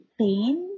pain